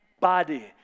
body